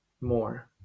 more